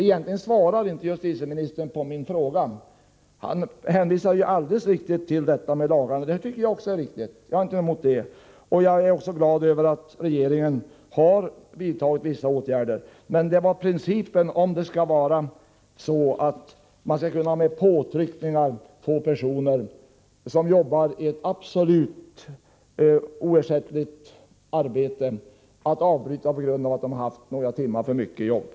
Egentligen svarade justitieministern inte på min fråga. Han hänvisade alldeles riktigt till gällande lag. Det tycker jag också är riktigt; jag har ingenting emot arbetstidslagen. Jag är också glad över att regeringen har vidtagit vissa åtgärder. Men min fråga gällde principen, om man med påtryckningar skall kunna förmå personer som jobbar i ett arbete där de är absolut oersättliga att avbryta detta på grund av att de haft några timmar för mycket övertid.